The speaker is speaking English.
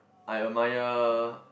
I admire